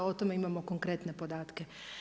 O tome imamo konkretne podatke.